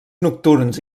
nocturns